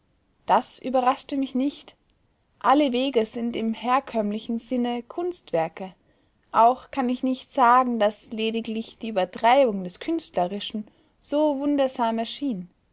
das überraschte mich nicht alle wege sind im herkömmlichen sinne kunstwerke auch kann ich nicht sagen daß lediglich die übertreibung des künstlerischen so wundersam erschien